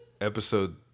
episode